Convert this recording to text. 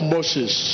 Moses